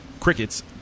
crickets